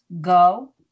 go